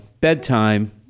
bedtime